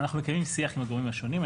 אנחנו מקיימים שיח עם הגורמים השונים.